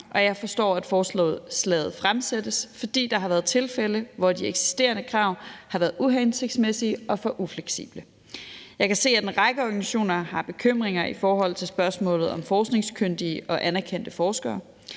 jeg forstår, at lovforslaget fremsættes, fordi der har været tilfælde, hvor de eksisterende krav har været uhensigtsmæssige og for ufleksible. Jeg kan se, at en række organisationer har bekymringer i forhold til spørgsmålet om forskningskyndige og anerkendte forskere.